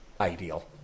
ideal